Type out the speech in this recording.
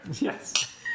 Yes